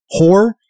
whore